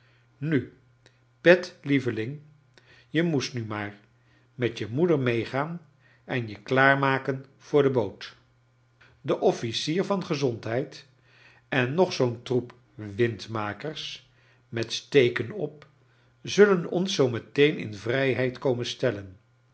nu pet lieveling je nicest nu maar met je moeder meegaan en jo klaar maken voor de boot de off icier van gezondhcid en nog zoo'n troep windmakers met steken op zullen oxis zoo met een in vrijheid komen stellen